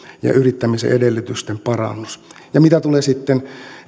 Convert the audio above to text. yrittämisen edellytysten parannus mitä tulee sitten